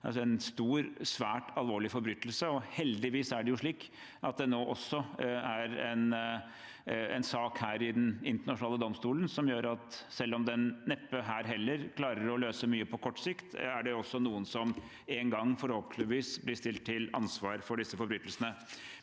Det er en stor, svært alvorlig forbrytelse. Heldigvis er det slik at dette nå også er en sak i Den internasjonale domstolen, som gjør at selv om den neppe her heller klarer å løse mye på kort sikt, er det noen som en gang forhåpentligvis blir stilt til ansvar for disse forbrytelsene.